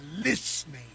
listening